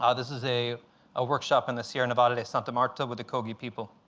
ah this is a ah workshop in the sierra nevada de santa marta with the kogi people.